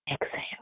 Exhale